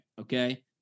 okay